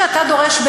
מה שאתה דורש,